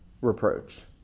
reproach